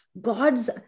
God's